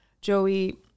Joey